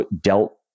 dealt